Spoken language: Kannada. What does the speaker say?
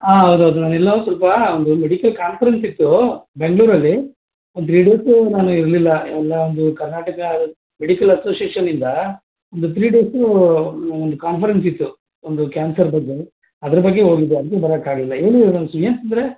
ಹಾಂ ಹೌದೌದು ನಾನೆಲ್ಲೊ ಸ್ವಲ್ಪ ಒಂದು ಮೆಡಿಕಲ್ ಕಾನ್ಫ್ರೆನ್ಸ್ ಇತ್ತು ಬೆಂಗಳೂರಲ್ಲಿ ನಾನು ಇರಲಿಲ್ಲ ಎಲ್ಲ ಒಂದು ಕರ್ನಾಟಕ ಮೆಡಿಕಲ್ ಅಸೋಸಿಯೇಷನಿಂದ ಒಂದು ತ್ರೀ ಡೇಸು ಒಂದು ಕಾನ್ಫ್ರೆನ್ಸ್ ಇತ್ತು ಒಂದು ಕ್ಯಾನ್ಸರ್ ಬಗ್ಗೆ ಅದರ ಬಗ್ಗೆ ಹೋಗಿದ್ದೆ ಅದಕ್ಕೆ ಬರೋಕ್ಕಾಗಿಲ್ಲ ಹೇಳಿ ಇವ್ರೆ ಏನು ತೊಂದರೆ